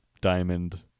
diamond